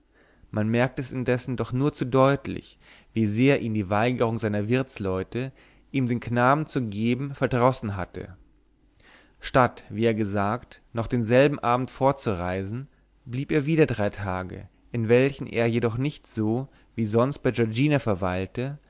man merkte es indessen doch nur zu deutlich wie sehr ihn die weigerung seiner wirtsleute ihm den knaben zu geben verdrossen hatte statt wie er gesagt noch denselben abend fortzureisen blieb er wieder drei tage in welchen er jedoch nicht so wie sonst bei giorgina verweilte